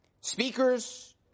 Speakers